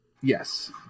Yes